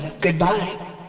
Goodbye